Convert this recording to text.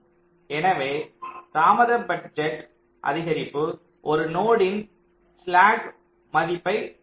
எனவே தாமத பட்ஜெட் அதிகரிப்பு ஒரு நோடின் ஸ்லாக் மதிப்பு குறைக்கும்